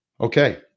Okay